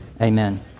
Amen